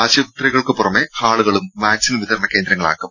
ആശുപത്രികൾക്കു പുറമെ ഹാളുകളും വാക്സിൻ വിതരണ കേന്ദ്രങ്ങളാക്കും